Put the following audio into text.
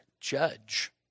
judge